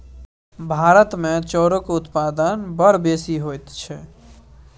भारतमे चाउरक उत्पादन बड़ बेसी होइत छै